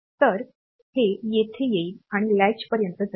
तर हे येथे येईल आणी लॅचपर्यन्त जाईल